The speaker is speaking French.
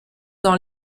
dans